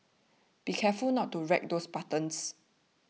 be careful not to wreck those buttons